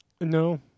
No